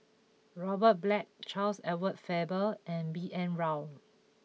Robert Black Charles Edward Faber and B N Rao